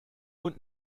und